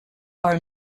are